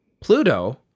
pluto